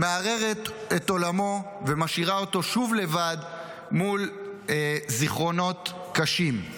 מערערת את עולמו ומשאירה אותו שוב לבד אל מול זיכרונות קשים.